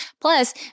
Plus